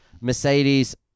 Mercedes